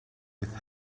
with